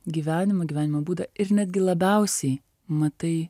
gyvenimo gyvenimo būdą ir netgi labiausiai matai